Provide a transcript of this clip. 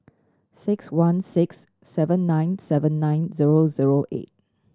six one six seven nine seven nine zero zero eight